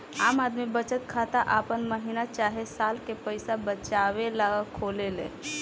आम आदमी बचत खाता आपन महीना चाहे साल के पईसा बचावे ला खोलेले